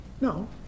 no